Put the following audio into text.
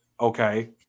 okay